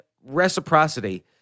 reciprocity